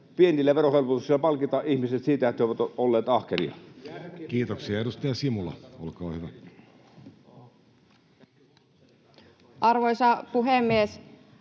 pienillä verohelpotuksilla palkita ihmiset siitä, että ovat olleet ahkeria. Kiitoksia. — Edustaja Simula, olkaa hyvä. Arvoisa puhemies!